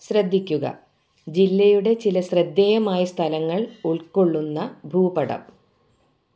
ശ്രദ്ധിക്കുക ജില്ലയുടെ ചില ശ്രദ്ധേയമായ സ്ഥലങ്ങൾ ഉൾക്കൊള്ളുന്ന ഭൂപടം